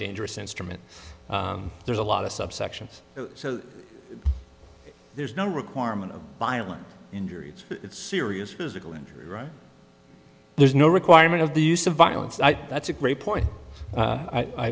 dangerous instrument there's a lot of subsections so there's no requirement of violent injuries serious physical injury right there's no requirement of the use of violence that's a great point